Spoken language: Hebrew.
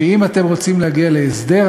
שאם אתם רוצים להגיע להסדר,